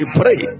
pray